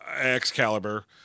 Excalibur